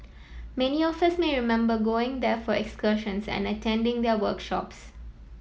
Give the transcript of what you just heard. many of us may remember going there for excursions and attending their workshops